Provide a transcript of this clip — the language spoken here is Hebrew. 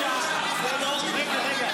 אישרו להניח את זה.